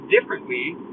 differently